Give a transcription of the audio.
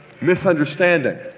misunderstanding